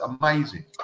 amazing